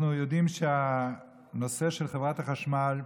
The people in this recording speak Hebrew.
אנחנו יודעים שהנושא של חברת החשמל,